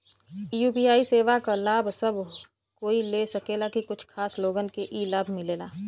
UPI सेवा क लाभ सब कोई ले सकेला की कुछ खास लोगन के ई लाभ मिलेला?